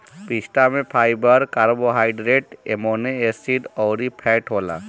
पिस्ता में fibre, carbohydrate, amino acid अउरी फैट होला